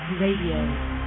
Radio